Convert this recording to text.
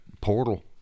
portal